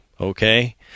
Okay